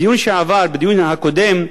בדיון שעבר, הדיון הקודם,